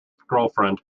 girlfriend